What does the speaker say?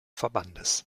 verbandes